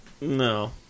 No